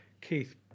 Keith